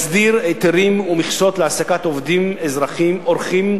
מסדיר היתרים ומכסות להעסקת עובדים אורחים.